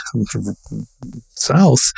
south